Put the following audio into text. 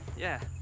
yeah.